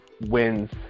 wins